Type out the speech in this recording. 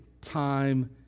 time